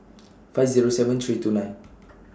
five Zero seven three two nine